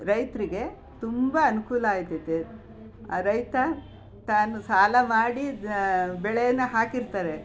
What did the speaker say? ರೈತರಿಗೆ ತುಂಬ ಅನುಕೂಲ ಆಗ್ತದೆ ರೈತ ತಾನು ಸಾಲ ಮಾಡಿ ಬೆಳೇನ ಹಾಕಿರ್ತಾರೆ